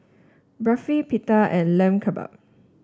Barfi Pita and Lamb Kebabs